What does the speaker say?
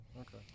Okay